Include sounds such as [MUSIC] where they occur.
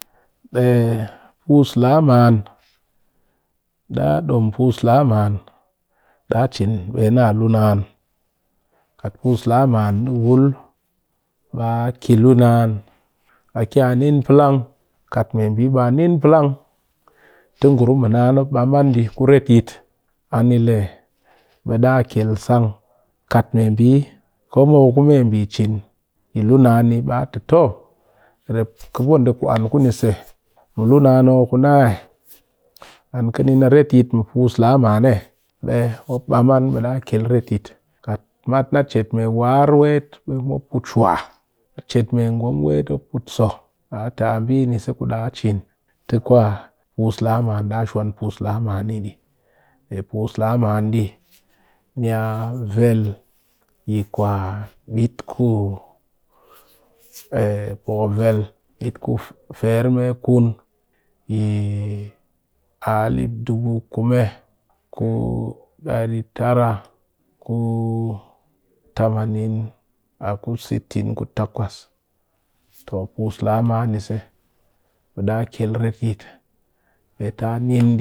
Ɓe puus laa man ɗaa dom puus laa man ɗa cin bee na a luu naan, kat puus laa man ɗɨ wul baa kɨ luu naan a kiya nin plang, kat mee mbi baa nin plang te ngurum mɨ naan mop bam an ɗɨ kuret yit ani le ɓe ɗaa kyel sang kat mee mbi ko mop a ku mee mbi cin mɨ luu naan ɓe a te to rep kobo nde ku an kuni se, mɨ luu naan oo ku naa ee an kɨ nin a retyit mɨ puus laa man eey, mat na chet mee warar weet mop puut shwa chet cin be na a luu naan kat me bi ko mop a ku me bi cin yi lu naan ni ba ti to rep kobo ku an kuni mɨ luu naan ku na an ki nin retyit mɨ la man mat na chet me waar mop shuwa, chet me ngowm mop puut so pus la man niya [HESITATION] vel yi kwa bit ku poku firmekun yi ali dubu kume ku dari tara ku tamanin a ku shiktin ku takwas to puus laa man ni se ɓe ɗaa kyel retyit pee ta nin.